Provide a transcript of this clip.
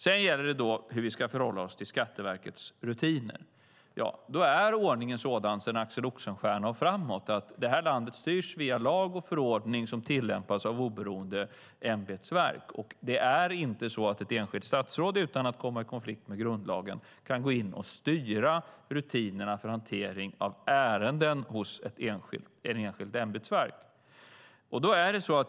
Sedan gäller det hur vi ska förhålla oss till Skatteverkets rutiner. Då är ordningen sådan sedan Axel Oxenstierna och framåt att det här landet styrs via lag och förordning som tillämpas av oberoende ämbetsverk. Det är inte så att ett enskilt statsråd utan att komma i konflikt med grundlagen kan gå in och styra rutinerna för hantering av ärenden hos ett enskilt ämbetsverk.